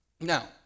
Now